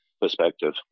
perspective